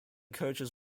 coaches